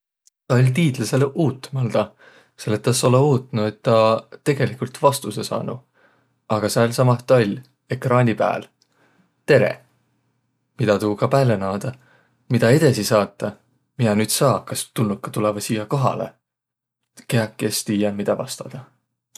Tuu oll' tiidläsele uutmaldaq, selle et tä es olõq uutnuq, et tä tegeligult vastusõ saa. Aga säälsamah taa oll', ekraani pääl: "Tereq!" Midä tuuga pääle naadaq? Midä edesi saataq? Miä nüüd saa, kas tulnukaq tulõvaq siiäq kohalõ? Kiäki es tiiäq, midä vastadaq.